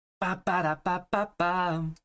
Ba-ba-da-ba-ba-ba